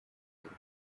ariko